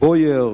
בית-ספר "בויאר"